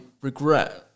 regret